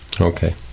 Okay